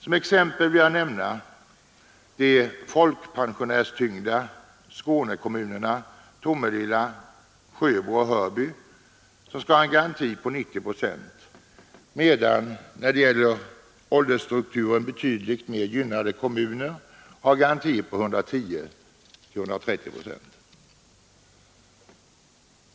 Som exempel vill jag nämna de folkpensionärstyngda skånekommunerna Tomelilla, Sjöbo och Hörby, som skall ha en garanti på 90 procent, medan vad gäller åldersstrukturen betydligt mer gynnade kommuner har garantier på 110—130 procent.